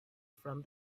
from